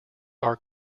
are